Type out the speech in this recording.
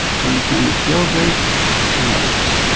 john kenneth galbraith and others.